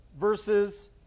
versus